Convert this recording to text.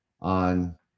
on